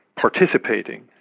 participating